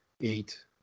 eight